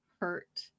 hurt